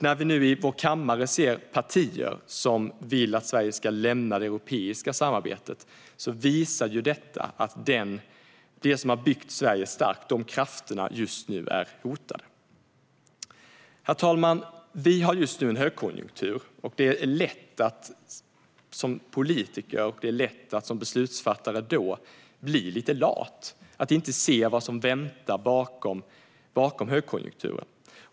När vi nu i vår kammare ser partier som vill att Sverige ska lämna det europeiska samarbetet visar det att de krafter som byggt Sverige starkt är hotade. Herr talman! Vi har just nu en högkonjunktur, och som politiker och beslutsfattare är det då lätt att bli lite lat och inte se vad som väntar bakom högkonjunkturen.